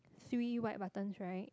three white buttons right